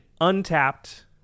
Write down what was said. untapped